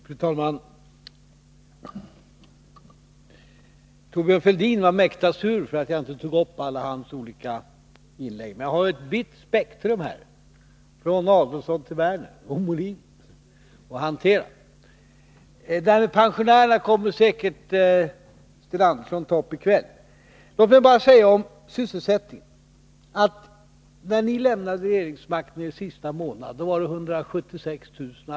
Fru talman! Thorbjörn Fälldin var mäkta sur för att jag inte tog upp alla hans olika inlägg, men jag har ett vitt spektrum att hantera — från herr Adelsohn till herrar Werner och Molin. Frågan om pensionerna kommer säkert Sten Andersson att ta upp i kväll. Låt mig bara säga några ord om sysselsättningen. När ni lämnade regeringsmakten var antalet arbetslösa 176 000.